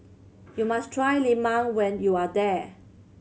you must try lemang when you are there